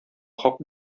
хак